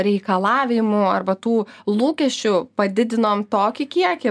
reikalavimų arba tų lūkesčių padidinom tokį kiekį